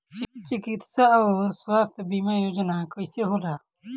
चिकित्सा आऊर स्वास्थ्य बीमा योजना कैसे होला?